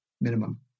minimum